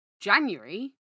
January